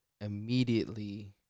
immediately